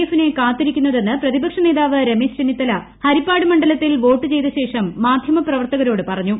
എഫിനെ കാത്തിരിക്കുന്നതെന്ന് പ്രപ്രതിപക്ഷ നേതാവ് രമേശ് ചെന്നിത്തല ഹരിപ്പാട് മണ്ഡലത്തിൽ പ്പോട്ട് ചെയ്തശേഷം മാധ്യമ പ്രവർത്തകരോട് പറഞ്ഞു